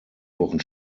wochen